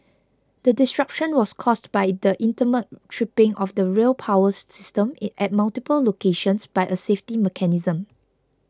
the disruption was caused by the intermittent tripping of the rail power system at multiple locations by a safety mechanism